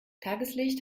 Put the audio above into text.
tageslicht